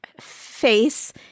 face